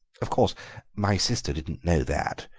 of course my sister didn't know that,